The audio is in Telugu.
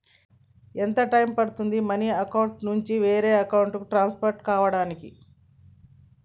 ఎంత టైం పడుతుంది మనీ అకౌంట్ నుంచి వేరే అకౌంట్ కి ట్రాన్స్ఫర్ కావటానికి?